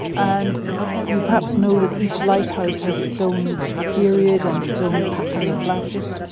and you perhaps know that each lighthouse has its own period and its own pattern of flashes.